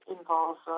involves